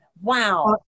Wow